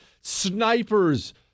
snipers